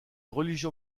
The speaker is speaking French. religion